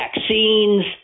Vaccines